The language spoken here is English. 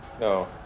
no